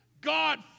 God